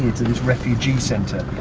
to this refugee centre,